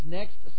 next